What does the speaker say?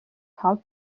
how